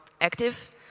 active